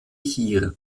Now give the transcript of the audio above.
hier